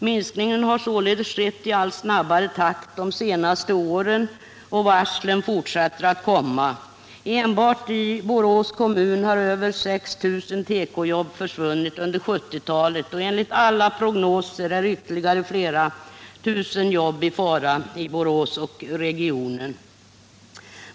Minskningen har således skett i allt snabbare takt de senaste åren och varslen fortsätter att komma. Enbart i Borås kommun har över 6 000 tekojobb försvunnit under 1970-talet, och enligt alla prognoser är ytterligare flera tusen jobb i fara i Borås och regionen.